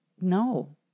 No